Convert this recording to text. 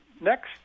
next